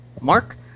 Mark